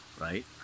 right